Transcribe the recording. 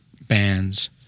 bands